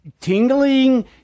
Tingling